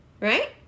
right